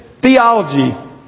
theology